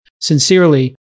Sincerely